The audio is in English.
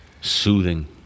soothing